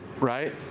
right